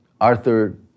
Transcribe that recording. Arthur